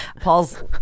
Paul's